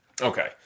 Okay